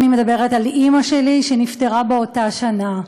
אני מדברת על אימא שלי, שנפטרה באותה שנה,